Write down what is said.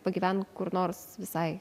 pagyvent kur nors visai